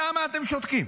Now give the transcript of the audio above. למה אתם שותקים?